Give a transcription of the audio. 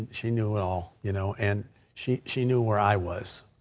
she knew it all. you know and she she knew where i was.